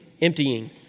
emptying